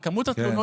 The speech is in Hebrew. על כמות התלונות,